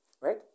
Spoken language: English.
right